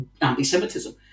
anti-Semitism